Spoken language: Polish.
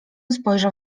spojrzał